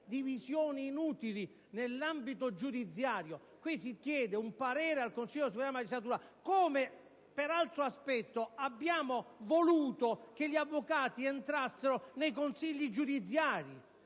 divisioni inutili nell'ambito giudiziario. Qui si chiede un parere al Consiglio superiore della magistratura come per altro aspetto abbiamo voluto che gli avvocati entrassero nei consigli giudiziari.